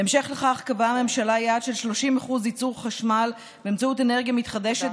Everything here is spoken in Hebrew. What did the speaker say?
בהמשך לכך קבעה הממשלה יעד של 30% ייצור חשמל באמצעות אנרגיה מתחדשת